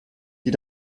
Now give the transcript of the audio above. die